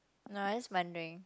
no I just wondering